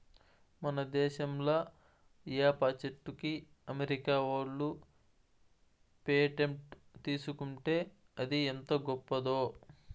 మన దేశంలా ఏప చెట్టుకి అమెరికా ఓళ్ళు పేటెంట్ తీసుకుంటే అది ఎంత గొప్పదో